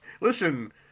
Listen